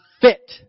fit